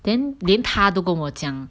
then 连他都跟我讲